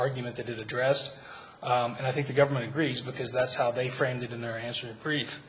argument that it addressed and i think the government agrees because that's how they framed it in their answer brief